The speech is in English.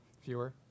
Fewer